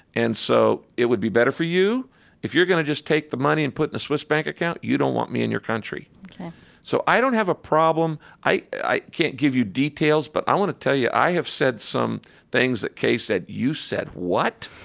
and so it would be better for you if you're going to just take the money and put in a swiss bank account, you don't want me in your country ok so i don't have a problem. i can't give you details. but i want to tell you, i have said some things that kay said, you said what,